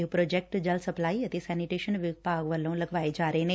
ਇਹ ਪ੍ਰੋਜੈਕਟ ਜਲ ਸਪਲਾਈ ਅਤੇ ਸੈਨੀਟੇਸ਼ਨ ਵਿਭਾਗ ਵੱਲੋਂ ਲਗਵਾਏ ਜਾ ਰਹੇ ਨੇ